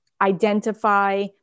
identify